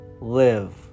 live